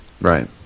Right